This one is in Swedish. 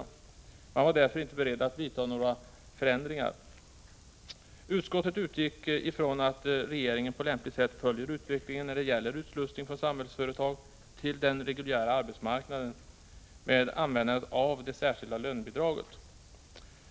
Riksdagen var därför inte beredd att vidta några förändringar. Utskottet utgick ifrån att regeringen på lämpligt sätt följer utvecklingen när det gäller utslussningen från Samhällsföretag till den reguljära arbetsmarknaden med användande av det särskilda lönebidraget.